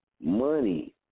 money